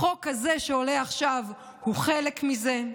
החוק הזה שעולה עכשיו הוא חלק מזה.